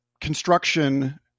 construction